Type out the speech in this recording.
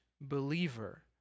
believer